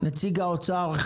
נציג האוצר,